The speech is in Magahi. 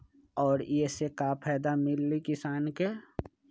और ये से का फायदा मिली किसान के?